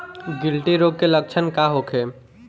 गिल्टी रोग के लक्षण का होखे?